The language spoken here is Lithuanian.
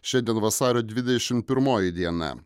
šiandien vasario dvidešimt pirmoji diena